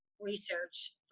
research